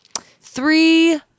Three